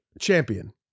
Champion